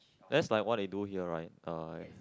that's like what they do here right uh